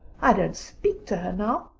i don't speak to her now.